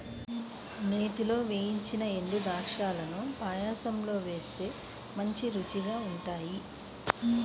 నేతిలో వేయించిన ఎండుద్రాక్షాలను పాయసంలో వేస్తే మంచి రుచిగా ఉంటాయి